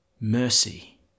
mercy